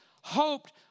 hoped